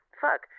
fuck